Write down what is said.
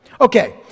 Okay